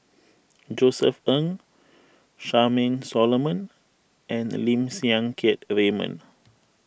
Josef Ng Charmaine Solomon and Lim Siang Keat Raymond